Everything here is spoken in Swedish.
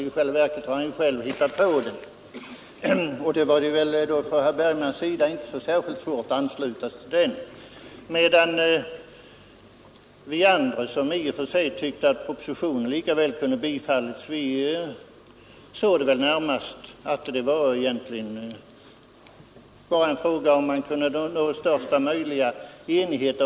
I själva verket är det han själv som står bakom den, och då är det väl inte så svårt för honom att ansluta sig till den. För oss andra, som i och för sig tycker att propositionen lika väl kan bifallas, är det väl närmast bara en fråga om kring vilket av förslagen det kan bli största möjliga enighet.